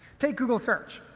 take google search.